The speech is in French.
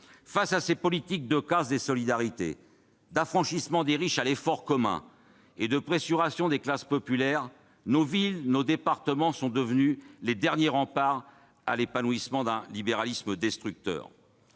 Face à ces politiques de casse des solidarités, d'affranchissement des riches de l'effort commun et de pressurage des classes populaires, nos villes et nos départements sont devenus les derniers remparts contre l'épanouissement d'un libéralisme destructeur.